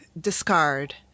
discard